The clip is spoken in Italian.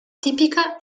tipica